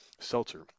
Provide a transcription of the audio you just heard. seltzer